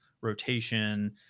rotation